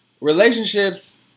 relationships